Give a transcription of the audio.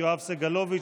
יואב סגלוביץ',